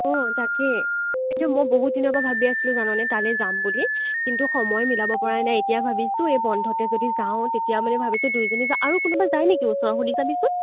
অ তাকেই এইটো মই বহুত দিনৰ পৰা ভাবি আছিলোঁ জাননে তালৈ যাম বুলি কিন্তু সময় মিলাব পৰা নাই এতিয়া ভাবিছোঁ এই বন্ধতে যদি যাওঁ তেতিয়া মানে ভাবিছোঁ দুয়োজনী যাওঁ আৰু কোনোবা যায় নেকি ওচৰৰ সুধি চাবিচোন